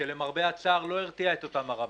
שלמרבה הצער לא הרתיע את אותם רמאים.